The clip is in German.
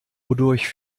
wodurch